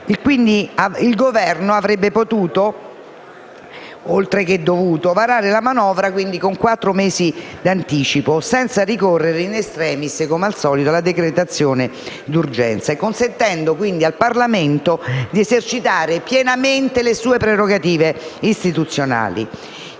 pertanto, avrebbe ben potuto, oltre che dovuto, varare la manovra con quattro mesi di anticipo senza ricorrere, *in extremis*, alla decretazione d'urgenza e consentendo al Parlamento di esercitare pienamente le sue prerogative istituzionali;